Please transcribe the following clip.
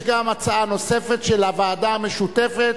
יש גם הצעה נוספת, של הוועדה המשותפת.